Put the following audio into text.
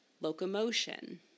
locomotion